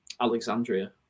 Alexandria